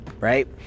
right